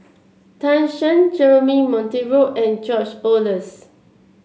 Tan Shen Jeremy Monteiro and George Oehlers